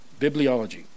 bibliology